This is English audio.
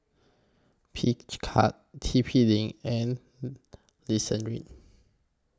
Picard T P LINK and Listerine